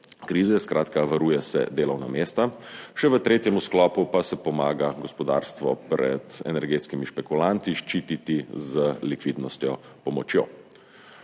krize. Skratka, varuje se delovna mesta. V tretjem sklopu pa se pomaga gospodarstvu ščititi pred energetskimi špekulanti z likvidnostno pomočjo.